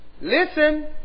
Listen